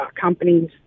companies